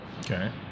Okay